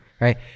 Right